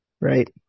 right